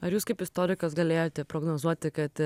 ar jūs kaip istorikas galėjote prognozuoti kad